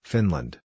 Finland